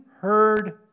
heard